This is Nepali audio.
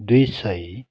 दुई सय